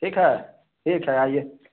ठीक है ठीक है आइए